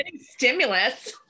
stimulus